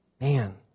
Man